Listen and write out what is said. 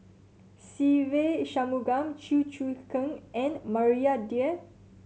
Se Ve Shanmugam Chew Choo Keng and Maria Dyer